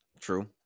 True